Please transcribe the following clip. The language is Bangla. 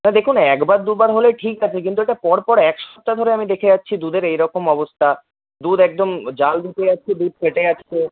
না দেখুন একবার দুবার হলে ঠিক আছে কিন্তু এটা পরপর এক সপ্তাহ ধরে আমি দেখে যাচ্ছি দুধের এইরকম অবস্থা দুধ একদম জাল দিতে যাচ্ছি দুধ ফেটে যাচ্ছে